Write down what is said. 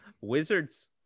Wizards